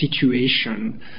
situation